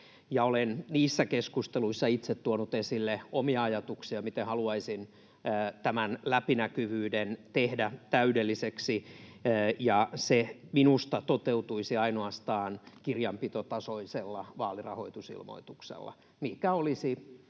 olen niissä keskusteluissa itse tuonut esille omia ajatuksiani, miten haluaisin tämän läpinäkyvyyden tehdä täydelliseksi. Minusta se toteutuisi ainoastaan kirjanpitotasoisella vaalirahoitusilmoituksella,